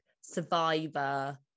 survivor